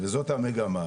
וזאת המגמה.